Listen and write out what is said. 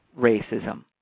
racism